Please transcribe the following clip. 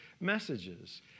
messages